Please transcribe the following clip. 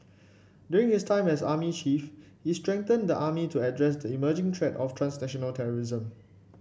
during his time as army chief he strengthened the army to address the emerging threat of transnational terrorism